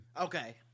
Okay